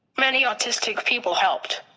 many autistic people helped.